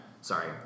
sorry